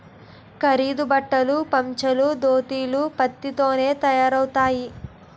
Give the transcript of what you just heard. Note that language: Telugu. ఖాదీ బట్టలు పంచలు దోతీలు పత్తి తోనే తయారవుతాయి